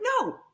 no